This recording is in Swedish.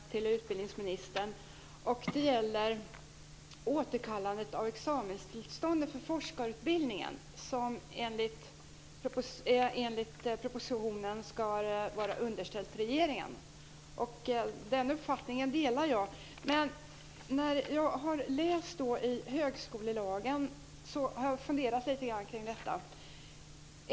Herr talman! Jag har en konkret fråga till utbildningsministern. Det gäller återkallande av examenstillstånd för forskarutbildningen som enligt propositionen ska vara underställt regeringen. Den uppfattningen delar jag men när jag läste i högskolelagen funderade jag lite grann kring detta.